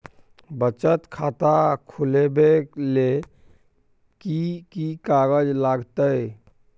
बचत खाता खुलैबै ले कि की कागज लागतै?